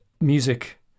music